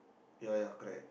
ya ya correct